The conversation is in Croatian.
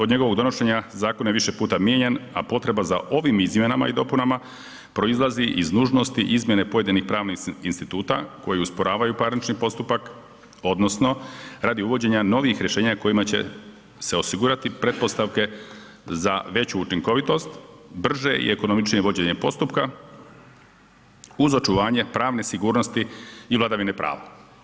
Od njegovog donošenja zakon je više puta mijenjan, a potreba za ovim izmjenama i dopunama proizlazi iz nužnosti izmjene pojedinih pravnih instituta koji usporavaju parnični postupak, odnosno radi uvođenja novih rješenja kojima će se osigurati pretpostavke za veću učinkovitost, brže i ekonomičnije vođenje postupka uz očuvanje pravne sigurnosti i vladavine prava.